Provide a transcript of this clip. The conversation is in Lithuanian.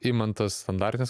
imant tas standartines